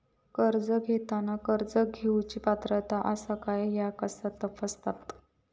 कर्ज घेताना कर्ज घेवची पात्रता आसा काय ह्या कसा तपासतात?